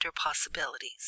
possibilities